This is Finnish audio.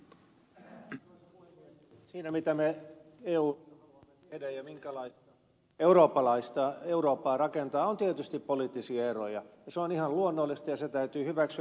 siinä mitä me euhun haluamme viedä ja minkälaista eurooppaa rakentaa on tietysti poliittisia eroja ja se on ihan luonnollista ja se täytyy hyväksyä